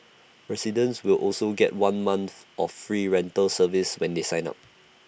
residents will also get one month of free rental service when they sign up